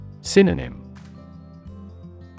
Synonym